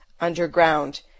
underground